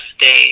days